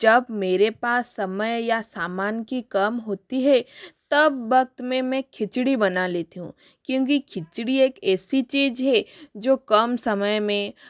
जब मेरे पास समय या सामान की कम होती है तब वक्त में मैं खिचड़ी बना लेती हूँ क्योंकि खिचड़ी एक ऐसी चीज है जो कम समय में